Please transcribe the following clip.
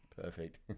Perfect